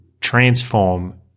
transform